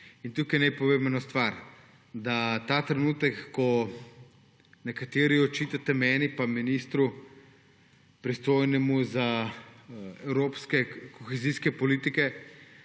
letih. Naj povem eno stvar, da ta trenutek, ko nekateri očitate meni in ministru, pristojnemu za evropsko kohezijsko politiko,